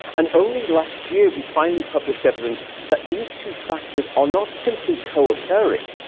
and only last year, we finally published evidence that these two factors are not simply co-occurring.